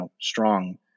strong